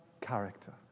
character